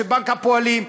של בנק הפועלים.